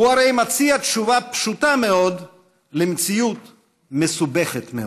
הוא הרי מציע תשובה פשוטה מאוד למציאות מסובכת מאוד.